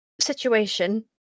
situation